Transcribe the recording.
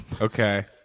Okay